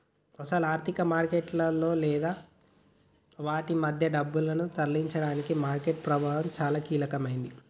అసలు ఆర్థిక మార్కెట్లలో లేదా ఆటి మధ్య డబ్బును తరలించడానికి మార్కెట్ ప్రభావం చాలా కీలకమైందట